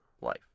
Life